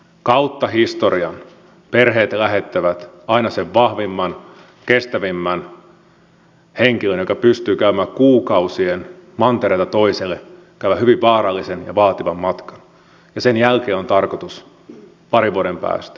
kautta historian perheet lähettävät aina sen vahvimman kestävimmän henkilön joka pystyy käymään kuukausien mantereelta toiselle käyvän hyvin vaarallisen ja vaativan matkan ja sen jälkeen on tarkoitus parin vuoden päästä saada perhe lähelle